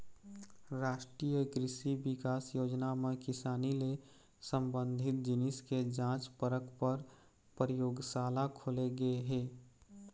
रास्टीय कृसि बिकास योजना म किसानी ले संबंधित जिनिस के जांच परख पर परयोगसाला खोले गे हे